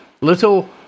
little